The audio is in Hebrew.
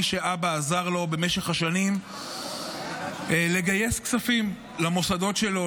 מי שאבא עזר לו במשך השנים לגייס כספים למוסדות שלו,